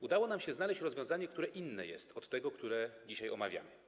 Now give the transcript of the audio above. Udało nam się znaleźć rozwiązanie, które jest inne od tego, które dzisiaj omawiamy.